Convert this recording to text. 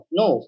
no